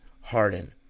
Harden